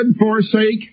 forsake